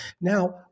now